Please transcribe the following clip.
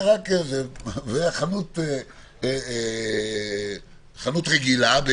והחנות היא חנות רגילה,